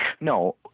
No